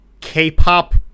K-pop